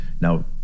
Now